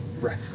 Right